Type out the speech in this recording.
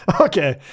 okay